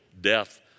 death